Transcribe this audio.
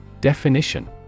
Definition